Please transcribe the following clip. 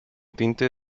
tinte